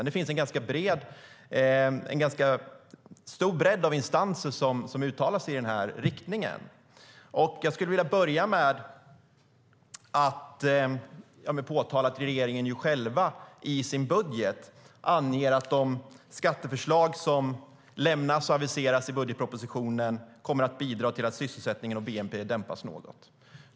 Det finns en stor bredd av instanser som uttalar sig i den riktningen. Jag vill påtala att regeringen själv i sin budget anger att de skatteförslag som lämnas och aviseras i budgetpropositionen kommer att bidra till att sysselsättningen och bnp dämpas något.